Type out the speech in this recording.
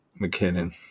McKinnon